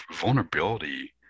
vulnerability